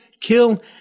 kill